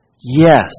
Yes